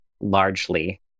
largely